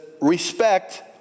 respect